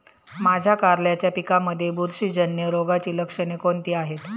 माझ्या कारल्याच्या पिकामध्ये बुरशीजन्य रोगाची लक्षणे कोणती आहेत?